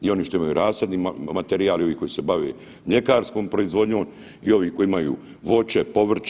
I ovi što imaju rasadni materijal i ovi koji se bave mljekarskom proizvodnjom i ovi koji imaju voće, povrće.